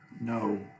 No